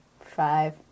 Five